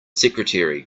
secretary